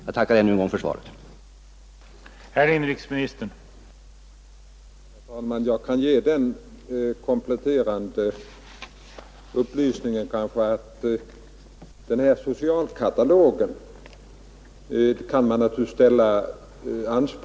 Jag tackar än en gång för svaret på min enkla fråga.